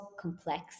complex